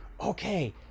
okay